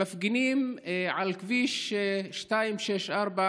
מפגינים על כביש 264,